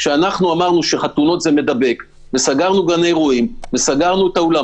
כשאמרנו שחתונות זה מדבק וסגרנו גני אירועים ואולמות,